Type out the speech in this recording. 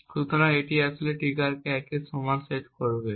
এবং তারপরে এটি আসলে ট্রিগারটিকে 1 এর সমান সেট করবে